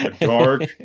dark